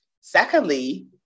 Secondly